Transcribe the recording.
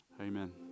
Amen